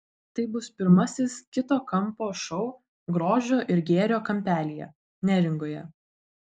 tai bus pirmasis kito kampo šou grožio ir gėrio kampelyje neringoje